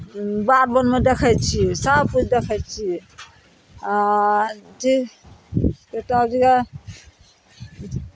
बाध बनमे देखै छियै सभकिछु देखै छियै आ चीज एक टा दिया